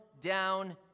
down